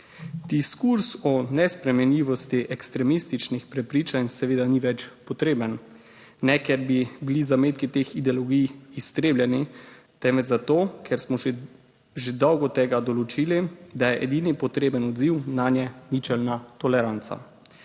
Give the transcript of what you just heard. Diskurz o nespremenljivosti ekstremističnih prepričanj seveda ni več potreben. Ne ker bi bili zametki teh ideologij iztrebljeni, temveč zato, ker smo že dolgo tega določili, da je edini potreben odziv nanje ničelna toleranca.